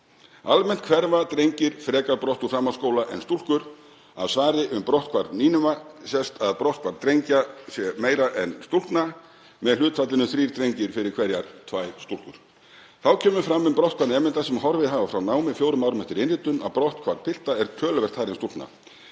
Almennt hverfa drengir frekar brott úr framhaldsskóla en stúlkur. Af svari um brotthvarf nýnema sést að brotthvarf drengja er meira en stúlkna, með hlutfallinu þrír drengir fyrir hverjar tvær stúlkur. Þá kemur fram um brotthvarf nemenda sem hafa horfið frá námi fjórum árum eftir innritun að brotthvarf pilta er töluvert hærra en stúlkna.